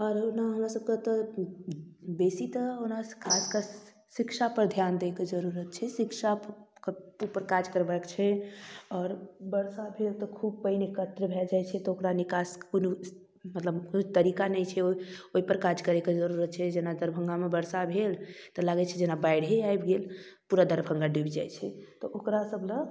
आओर ओना हमरासभके तऽ बेसी तऽ ओना खास कर शिक्षापर धिआन दैके जरूरत छै शिक्षाके उपर काज करबाक छै आओर बरखा भेल तऽ खूब पानि एकत्र भऽ जाइ छै तऽ ओकरा निकासके कोनो मतलब कोइ तरीका नहि छै ओहि ओहिपर काज करैके जरूरत छै जेना दरभङ्गामे बरसा भेल तऽ लागै छै जेना बाढ़िए आबि गेल पूरा दरभङ्गा डुबि जाइ छै तऽ ओकरासबलए